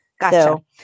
Gotcha